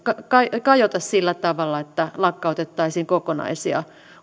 kajota sillä tavalla että lakkautettaisiin kokonaisia